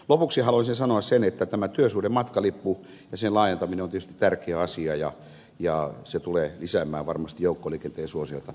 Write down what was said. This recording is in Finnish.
lopuksi haluaisin sanoa sen että tämä työsuhdematkalippu ja sen laajentaminen on tietysti tärkeä asia ja se tulee lisäämään varmasti joukkoliikenteen suosiota jatkossa